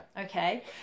Okay